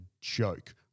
joke